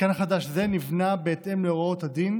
מתקן חדש זה נבנה בהתאם להוראות הדין,